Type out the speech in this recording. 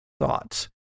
thoughts